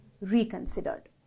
reconsidered